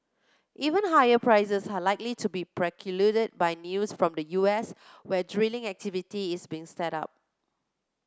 even higher prices are likely to be precluded by news from the U S where drilling activity is being up